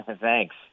Thanks